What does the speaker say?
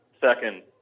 Second